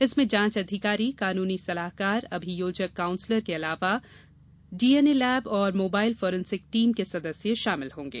इसमें जाँच अधिकारी कानूनी सलाहकार अभियोजक काउंसलर के अलावा डीएनए लेब और मोबाइल फोरेंसिक टीम के सदस्य शामिल होंगे